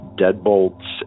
deadbolts